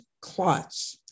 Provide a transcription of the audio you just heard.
clots